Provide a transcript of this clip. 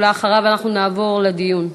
אחריו, אנחנו נעבור לדיון.